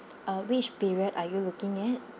uh which period are you looking at